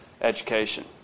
education